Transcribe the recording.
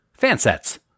Fansets